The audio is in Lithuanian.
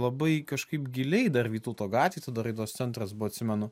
labai kažkaip giliai dar vytauto gatvėj tada raidos centras buvo atsimenu